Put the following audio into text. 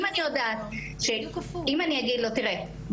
אם אני יודעת שאם אני אגיד לו שיסכים,